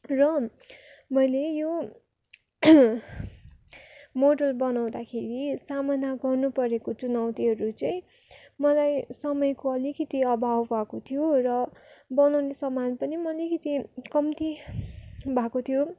र मैले यो मोडल बनउँदाखेरि सामना गर्नु परेको चुनौतीहरू चाहिँ मलाई समयको अलिकति अभाव भएको थियो र बनाउने सामान पनि अलिकति कम्ती भएको थ्यो